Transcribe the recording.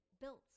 built